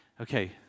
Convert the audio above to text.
okay